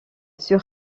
sur